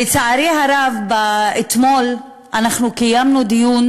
לצערי הרב, אתמול אנחנו קיימנו דיון